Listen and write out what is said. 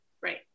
Right